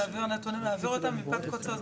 2.5 מיליון ערבים גרים אצלנו, תעביר חלק מה-800.